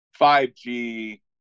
5G